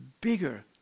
bigger